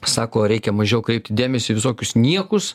sako reikia mažiau kreipti dėmesį į visokius niekus